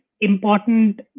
important